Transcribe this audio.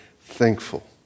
thankful